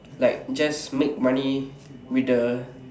like just make money with the